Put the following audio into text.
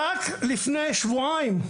רק לפני שבועיים,